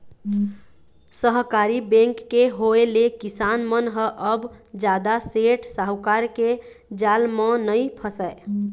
सहकारी बेंक के होय ले किसान मन ह अब जादा सेठ साहूकार के जाल म नइ फसय